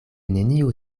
neniun